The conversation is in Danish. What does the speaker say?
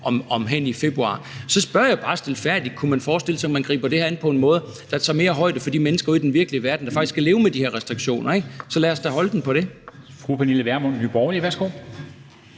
hen i februar. Og så spørger jeg bare stilfærdigt: Kunne man forestille sig, at man griber det her an på en måde, der tager mere højde for de mennesker ude i den virkelige verden, der faktisk skal leve med de her restriktioner? Så lad os da holde den dér.